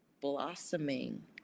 blossoming